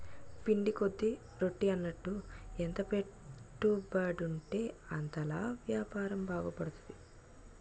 పిండి కొద్ది రొట్టి అన్నట్టు ఎంత పెట్టుబడుంటే అంతలా యాపారం బాగుపడతది